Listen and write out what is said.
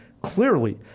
clearly